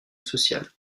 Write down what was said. sociale